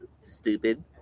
Stupid